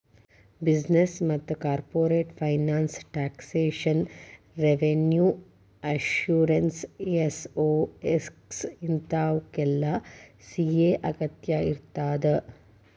business ಮತ್ತ corporate finance taxation revenue assurance SOX ಇಂತಾವುಕ್ಕೆಲ್ಲಾ CA ಅಗತ್ಯಇರ್ತದ